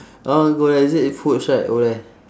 I want go there is it i~ foods right over there